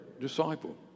disciple